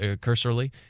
cursorily